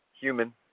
Human